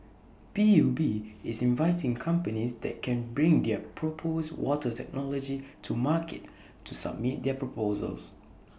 P U B is inviting companies that can bring their proposed water technology to market to submit their proposals